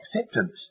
acceptance